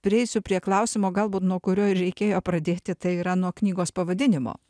prieisiu prie klausimo galbūt nuo kurio ir reikėjo pradėti tai yra nuo knygos pavadinimo